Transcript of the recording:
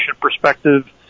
perspective